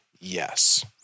yes